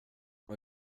och